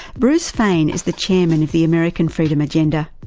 bruce fein is the chairman of the american freedom agenda.